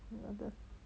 order